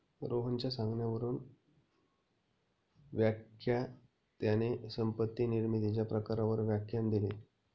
रोहनच्या सांगण्यावरून व्याख्यात्याने संपत्ती निर्मितीच्या प्रकारांवर व्याख्यान दिले